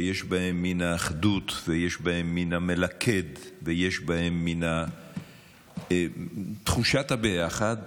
שיש בהם מן האחדות ויש בהם מן המלכד ויש בהם מתחושת הביחד,